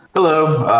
hello.